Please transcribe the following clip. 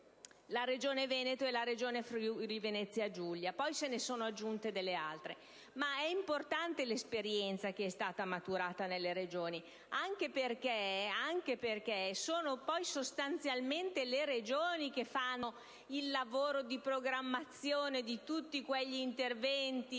Marche, il Veneto e il Friuli-Venezia Giulia (poi se ne sono aggiunte delle altre). È importante l'esperienza che è stata maturata nelle Regioni, anche perché sono poi sostanzialmente le Regioni che fanno il lavoro di programmazione di tutti gli interventi